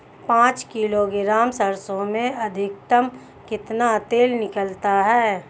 पाँच किलोग्राम सरसों में अधिकतम कितना तेल निकलता है?